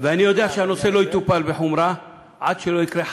ואני יודע שהנושא לא יטופל בחומרה עד שלא יקרה,